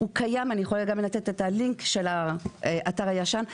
אני יכולה לתת גם את הלינק של האתר הישן.